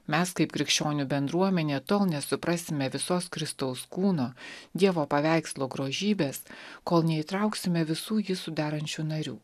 mes kaip krikščionių bendruomenė tol nesuprasime visos kristaus kūno dievo paveikslo grožybės kol neįtrauksime visų jį sudarančių narių